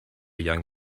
young